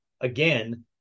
again